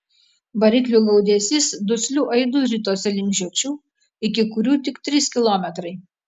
variklių gaudesys dusliu aidu ritosi link žiočių iki kurių tik trys kilometrai